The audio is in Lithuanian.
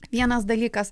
vienas dalykas